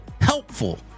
helpful